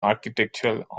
architectural